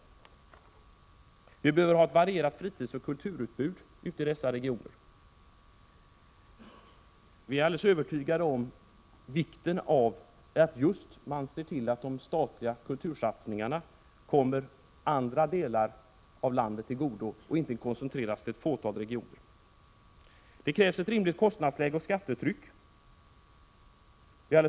För det fjärde behövs ett varierat fritidsoch kulturutbud ute i regionerna. Vi är övertygade om vikten av att man ser till att de statliga kultursatsningarna kommer andra delar av landet till godo och inte koncentreras till ett fåtal regioner. För det femte krävs ett rimligt kostnadsläge och ett rimligt skattetryck.